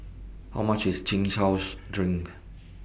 How much IS Chin Chow Drink